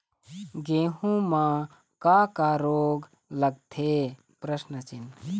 गेहूं म का का रोग लगथे?